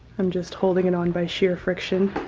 i'm just holding it on by sheer friction.